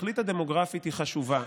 התכלית הדמוגרפית היא חשובה,